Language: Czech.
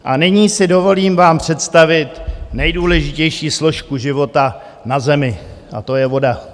A nyní si dovolím vám představit nejdůležitější složku života na zemi, a to je voda.